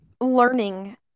learning